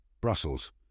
Brussels